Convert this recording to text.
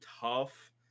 tough